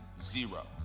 zero